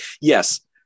yes